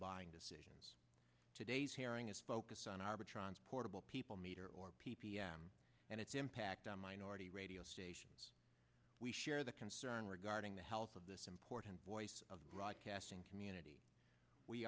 buying decisions today's hearing is focused on arbitrage portable people meter or p p m and its impact on minority radio stations we share the concern regarding the health of this important voice of broadcasting community we